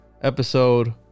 episode